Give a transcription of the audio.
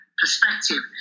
perspective